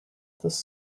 this